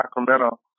Sacramento